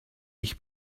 ich